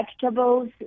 vegetables